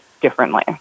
differently